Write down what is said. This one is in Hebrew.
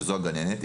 שזו הגננת,